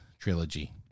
trilogy